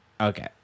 Okay